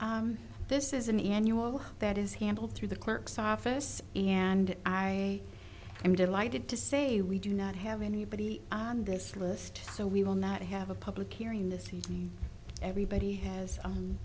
time this is an annual that is handled through the clerk's office and i am delighted to say we do not have anybody on this list so we will not have a public hearing that everybody has